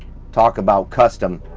talk about custom.